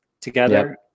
together